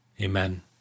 Amen